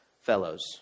fellows